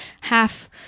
half